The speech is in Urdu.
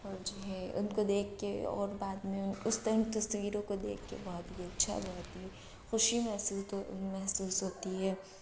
اور جو ہے ان کو دیکھ کے اور بعد میں اس ٹائم کی تصتویروں کو دیکھ کے بہت ہی اچھا بہت ہی خوشی محسوس محسوس ہوتی ہے